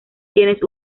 tienes